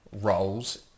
roles